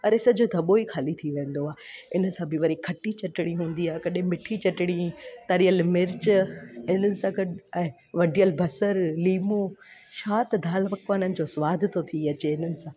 अड़े सॼो दॿो ई ख़ाली थी वेंदो आहे हिन सां बि वरी खटी चटिणी हूंदी आहे कॾे मिठी चटिणी तरियल मिर्च हिननि सां गॾु ऐं वढियल बसरु लीमो छा त दालि पकवान जो सवादु थो थी अचे हिन सां